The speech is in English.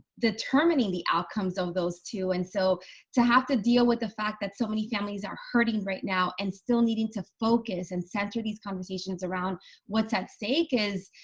determining the outcomes of those two and so to have to deal with the fact that so many families are hurting right now and still needing to focus and center these conversations around what's at stake is?